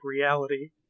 reality